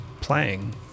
playing